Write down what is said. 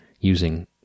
using